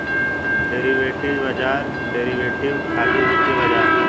derivative बाजार derivative खातिर वित्तीय बाजार ह